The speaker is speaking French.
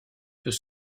peut